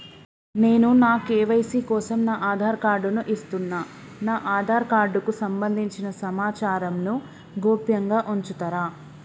నేను నా కే.వై.సీ కోసం నా ఆధార్ కార్డు ను ఇస్తున్నా నా ఆధార్ కార్డుకు సంబంధించిన సమాచారంను గోప్యంగా ఉంచుతరా?